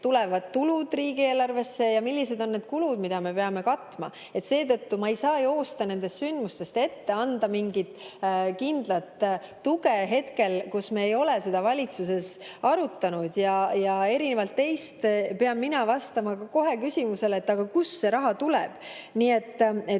tulevad tulud riigieelarvesse ja millised on need kulud, mida me peame katma. Seetõttu ma ei saa joosta nendest sündmustest ette, anda mingit kindlat tuge hetkel, kus me ei ole seda valitsuses arutanud, ja erinevalt teist pean mina vastama kohe ka küsimusele, kust see raha tuleb. Nii et